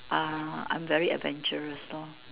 ah I am very adventurous lor